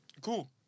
Cool